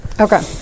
Okay